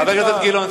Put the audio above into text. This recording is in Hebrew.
חבר הכנסת גילאון,